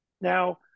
now